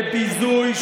בביזוי,